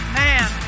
man